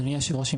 אדוני יושב הראש,